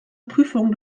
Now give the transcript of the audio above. prüfungen